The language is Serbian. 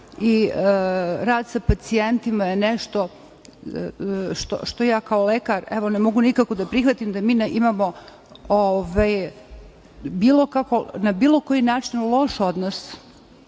i rad sa pacijentima je nešto što ja kao lekar, evo ne mogu nikako da prihvatim da mi imamo na bilo koji način loš odnos